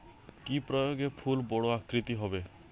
কি প্রয়োগে ফুল বড় আকৃতি হবে?